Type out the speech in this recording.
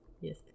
Yes